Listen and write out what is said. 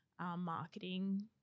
marketing